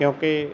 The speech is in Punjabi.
ਕਿਉਂਕਿ